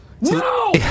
No